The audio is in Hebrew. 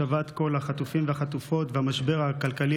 השבת כל החטופים והחטופות והמשבר הכלכלי